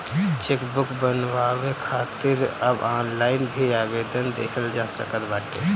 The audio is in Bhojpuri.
चेकबुक बनवावे खातिर अब ऑनलाइन भी आवेदन देहल जा सकत बाटे